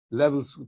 levels